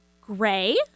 Gray